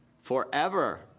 forever